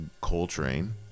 Coltrane